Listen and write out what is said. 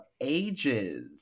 ages